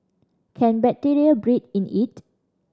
can bacteria breed in it